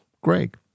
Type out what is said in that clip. Greg